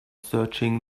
searching